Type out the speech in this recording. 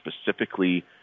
specifically